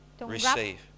receive